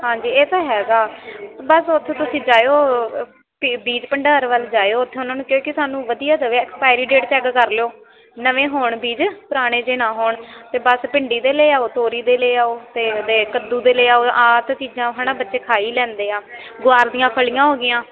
ਹਾਂਜੀ ਇਹ ਤਾਂ ਹੈਗਾ ਬਸ ਉੱਥੇ ਤੁਸੀਂ ਜਾਇਓ ਬੀ ਬੀਜ ਭੰਡਾਰ ਵੱਲ ਜਾਇਓ ਉਥੋਂ ਉਹਨਾਂ ਨੂੰ ਕਿਹਾ ਕਿ ਸਾਨੂੰ ਵਧੀਆ ਦੇਵੇ ਐਕਸਪਾਇਰੀ ਡੇਟ ਚੈੱਕ ਕਰ ਲਿਓ ਨਵੇਂ ਹੋਣ ਬੀਜ ਪੁਰਾਣੇ ਜਿਹੇ ਨਾ ਹੋਣ ਅਤੇ ਬਸ ਭਿੰਡੀ ਦੇ ਲੈ ਆਓ ਤੋਰੀ ਦੇ ਲੈ ਆਓ ਅਤੇ ਉਹਦੇ ਕੱਦੂ ਦੇ ਲੈ ਆਓ ਅਤੇ ਆ ਤਾਂ ਚੀਜ਼ਾਂ ਹੈ ਨਾ ਬੱਚੇ ਖਾ ਹੀ ਲੈਂਦੇ ਆ ਗੁਆਰ ਦੀਆਂ ਫਲੀਆਂ ਹੋ ਗਈਆਂ